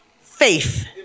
faith